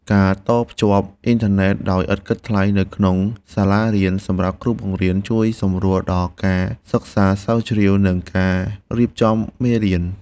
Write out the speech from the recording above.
ការតភ្ជាប់អ៊ីនធឺណិតដោយឥតគិតថ្លៃនៅក្នុងសាលារៀនសម្រាប់គ្រូបង្រៀនជួយសម្រួលដល់ការសិក្សាស្រាវជ្រាវនិងការរៀបចំមេរៀន។